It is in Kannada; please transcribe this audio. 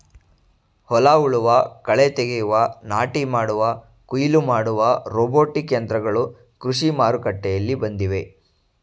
ಹೊಲ ಉಳುವ, ಕಳೆ ತೆಗೆಯುವ, ನಾಟಿ ಮಾಡುವ, ಕುಯಿಲು ಮಾಡುವ ರೋಬೋಟಿಕ್ ಯಂತ್ರಗಳು ಕೃಷಿ ಮಾರುಕಟ್ಟೆಯಲ್ಲಿ ಬಂದಿವೆ